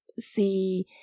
see